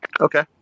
okay